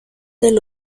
del